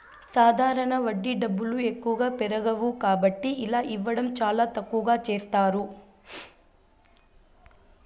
సాధారణ వడ్డీ డబ్బులు ఎక్కువగా పెరగవు కాబట్టి ఇలా ఇవ్వడం చాలా తక్కువగా చేస్తారు